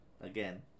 Again